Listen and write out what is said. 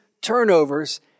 turnovers